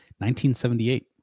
1978